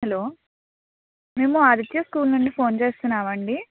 hello మేము Aditya school నుండి phone చేస్తున్నాం అండి